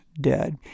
dead